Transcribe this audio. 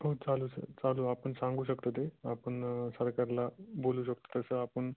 हो चालू सर चालू आपण सांगू शकतो ते आपण सरकारला बोलू शकतो तसं आपण